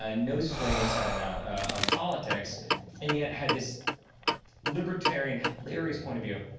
ah knows his way inside and out on politics and yet had this libertarian, hilarious point of view.